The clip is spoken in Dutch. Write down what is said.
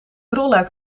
rolluik